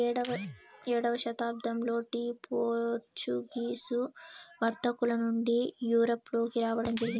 ఏడవ శతాబ్దంలో tea Portuguese వర్తకుల నుండి యూరప్ లోకి రావడం జరిగింది